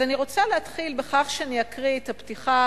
אני רוצה להתחיל בכך שאני אקריא את הפתיחה